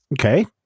Okay